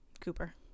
Cooper